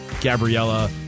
Gabriella